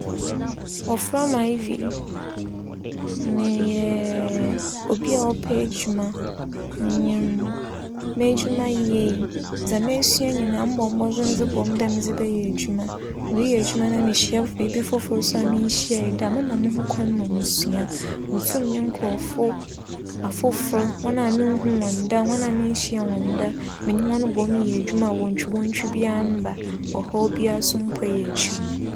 Wͻfrɛ me Ivy. Meyɛ obi a ͻpɛ edwuma. Minyim m'edwuma yie. Dza mesua nyina mobͻ mbͻdzen dze bͻ mu dɛ medze bɛyɛ edwuma. Mereyɛ dwuma na mehyia biribi fofor a minnhyia da, mema mo ho kwan na musua. Mutum menye nkorͻfo afofor, hͻn a munnhun hͻn da, hͻn a minnyia hͻn da, menye hͻn bͻ mu yɛ edwuma a woentwi woentwi biara mmba, ͻhaw biara so mmpue ekyir.